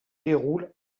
déroule